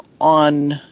on